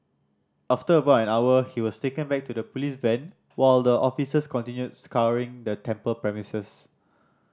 after about an hour he was taken back to the police van while the officers continued scouring the temple premises